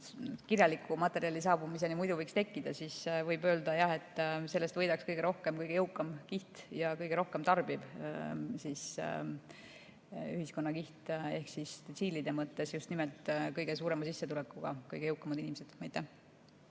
kirjaliku materjali saabumiseni muidu võiks tekkida, võib öelda, et sellest võidaks kõige rohkem kõige jõukam ja kõige rohkem tarbiv ühiskonnakiht. Ehk detsiilide mõttes just nimelt kõige suurema sissetulekuga kõige jõukamad inimesed. Jah. Aga